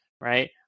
right